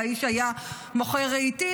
והאיש היה מוכר רהיטים,